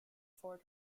four